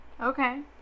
Okay